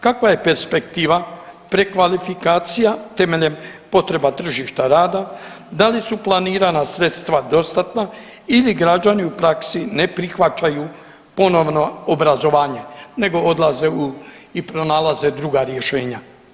Kakva je perspektiva prekvalifikacija temeljem potreba tržišta rada, da li planirana sredstva dostatna ili građani u praksi ne prihvaćaju ponovno obrazovanje nego odlaze u i pronalaze druga rješenja.